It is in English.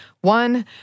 One